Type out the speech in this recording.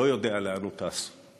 לא יודע לאן הוא טס.